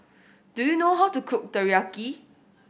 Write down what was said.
do you know how to cook Teriyaki